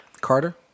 Carter